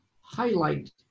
highlight